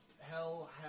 hell